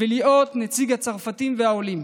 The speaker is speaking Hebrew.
ולהיות נציג הצרפתים והעולים.